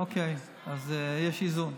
אוקיי, אז יש איזון.